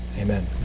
Amen